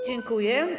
Dziękuję.